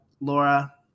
Laura